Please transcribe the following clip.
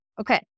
Okay